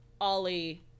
Ollie